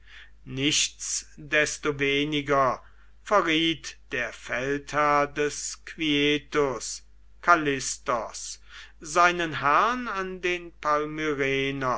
nichtsdestoweniger verriet der feldherr des quietus kallistos seinen herrn an den